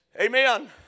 Amen